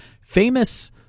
famous